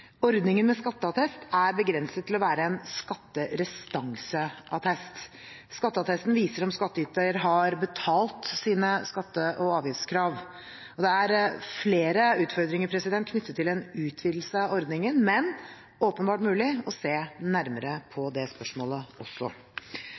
Ordningen med skatteattest er begrenset til å være en skatterestanseattest. Skatteattesten viser om skattyter har betalt sine skatte- og avgiftskrav. Det er flere utfordringer knyttet til en utvidelse av ordningen, men det er åpenbart mulig å se nærmere på det spørsmålet også.